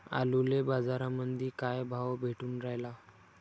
आलूले बाजारामंदी काय भाव भेटून रायला?